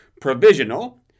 provisional